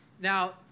Now